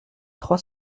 trois